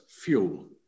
fuel